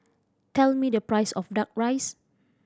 tell me the price of Duck Rice